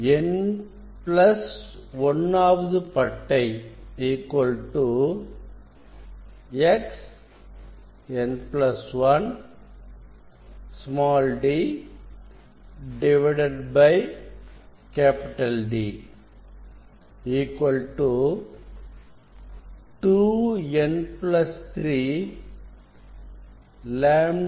n1 ஆவது பட்டை Xn1 d D 2n3 λ2